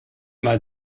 mal